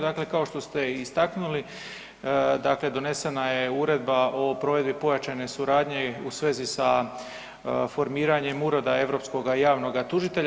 Dakle, kao što ste i istaknuli, dakle donesena je Uredba o provedbi pojačane suradnje u svezi sa formiranjem Ureda europskoga javnoga tužitelja.